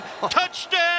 Touchdown